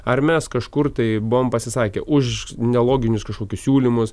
ar mes kažkur tai buvom pasisakę už neloginius kažkokius siūlymus